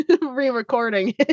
re-recording